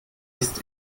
isst